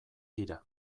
tira